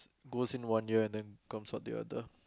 goes in one ear then comes out the other